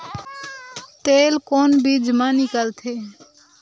तेल कोन बीज मा निकलथे?